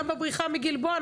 גם בבריחה מכלא גלבוע,